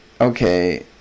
Okay